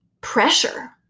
pressure